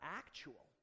actual